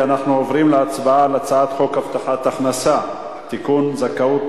(תיקון, זכאות